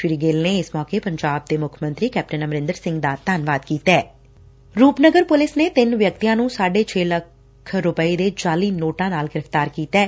ਸ੍ਰੀ ਗਿੱਲ ਨੇ ਇਸ ਮੌਕੇ ਪੰਜਾਬ ਦੇ ਮੁੱਖ ਮੰਤਰੀ ਦਾ ਧੰਨਵਾਦ ਕੀਤਾ ਰੂਪਨਗਰ ਪੁਲਿਸ ਨੇ ਤਿੰਨ ਵਿਅਕਤੀਆਂ ਨੂੰ ਸਾਢੇ ਛੇ ਲੱਖ ਰੁਪਏ ਦੇ ਜਾਅਲੀ ਨੋਟਾਂ ਨਾਲ ਗ੍ਫਿਤਾਰ ਕੀਤੈ